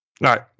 right